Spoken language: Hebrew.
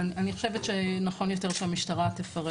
אני חושבת שנכון יותר שהמשטרה תפרט,